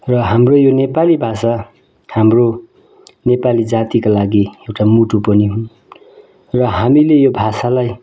र हाम्रो यो नेपाली भाषा हाम्रो नेपाली जातिका लागि एउटा मुटु पनि हुन् र हामीले यो भाषालाई